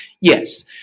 Yes